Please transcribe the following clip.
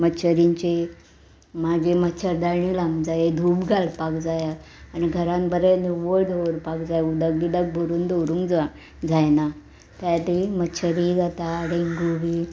मच्छरींची मागीर मच्छर दाणी लावन जाय धूप घालपाक जाय आनी घरान बरें निवळ दवरपाक जाय उदक बिदक भरून दवरूंक जावं जायना त्या मच्छरी जाता डेंगू बी